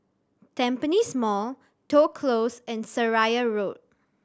Tampines Mall Toh Close and Seraya Road